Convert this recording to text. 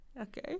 Okay